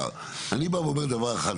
אני בא ואומר דבר אחד.